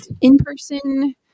in-person